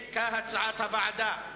הסעיף התקבל, כהצעת הוועדה.